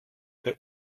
der